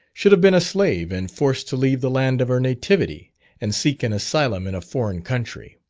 should have been a slave and forced to leave the land of her nativity and seek an asylum in a foreign country.